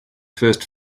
first